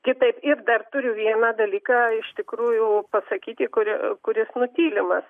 kitaip ir dar turiu vieną dalyką iš tikrųjų pasakyti kuri kuris nutylimas